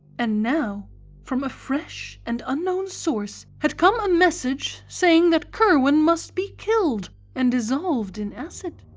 and now from a fresh and unknown source had come a message saying that curwen must be killed and dissolved in acid.